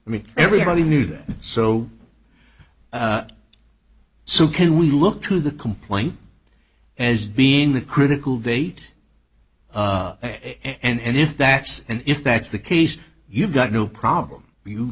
i mean everybody knew that so so can we look to the complaint as being the critical date and if that's and if that's the case you've got no problem you